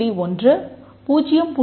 1 0